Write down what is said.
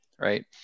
right